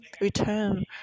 return